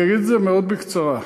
אני אגיד את זה מאוד בקצרה: